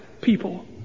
people